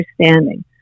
understanding